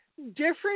Different